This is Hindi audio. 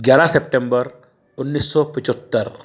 ग्यारह सेप्टेम्बर उन्नीस सौ पचहत्तर